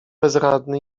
bezradny